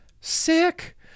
Sick